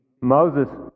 Moses